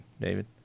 David